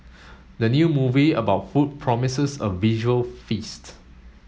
the new movie about food promises a visual feast